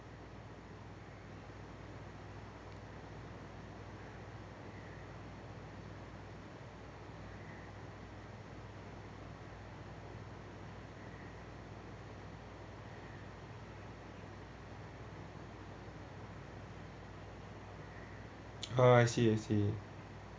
ah I see I see